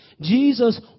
Jesus